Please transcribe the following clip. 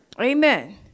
Amen